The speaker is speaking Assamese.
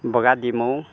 বগা ডিমৌ